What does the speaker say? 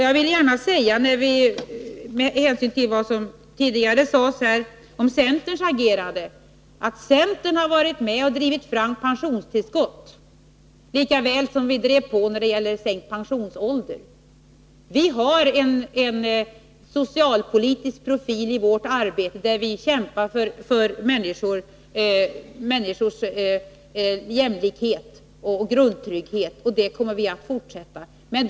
Jag vill gärna framhålla, med hänsyn till vad som tidigare har sagts här om centerns agerande, att centern har varit med om att driva fram pensionstillskotten lika väl som vi drev på när det gällde sänkt pensionsålder. Vi har en socialpolitisk profil i vårt arbete. Vi kämpar för människors jämlikhet och grundtrygghet, och det kommer vi att fortsätta med.